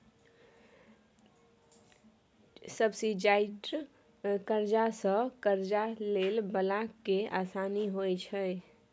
subsidised करजा सँ करजा लए बला केँ आसानी होइ छै